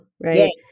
right